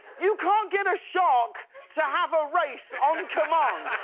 you can't get a shark to have a race on and command.